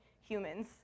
humans